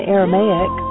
Aramaic